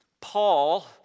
Paul